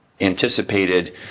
anticipated